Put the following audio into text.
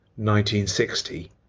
1960